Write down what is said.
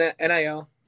NIL